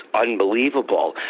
unbelievable